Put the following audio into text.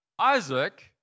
Isaac